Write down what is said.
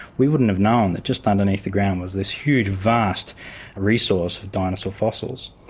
we wouldn't have known that just underneath the ground was this huge, vast resource of dinosaur fossils.